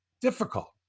difficult